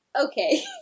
okay